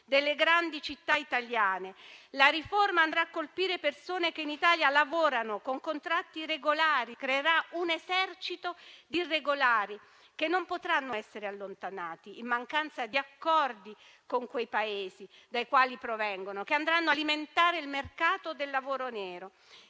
delle grandi città italiane. La riforma andrà a colpire persone che in Italia lavorano con contratti regolari e creerà un esercito di irregolari che non potranno essere allontanati in mancanza di accordi con i Paesi dai quali provengono e che andranno ad alimentare il mercato del lavoro nero.